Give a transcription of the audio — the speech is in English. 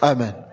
Amen